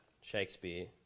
Shakespeare